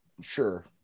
sure